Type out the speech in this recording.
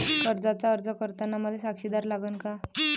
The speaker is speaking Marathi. कर्जाचा अर्ज करताना मले साक्षीदार लागन का?